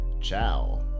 ciao